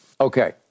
Okay